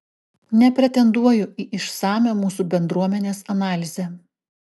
nepretenduoju į išsamią mūsų bendruomenės analizę